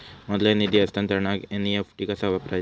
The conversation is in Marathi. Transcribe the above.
ऑनलाइन निधी हस्तांतरणाक एन.ई.एफ.टी कसा वापरायचा?